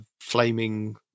flaming